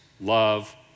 love